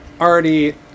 already